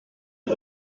est